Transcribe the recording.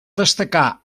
destacar